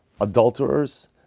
adulterers